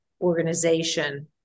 organization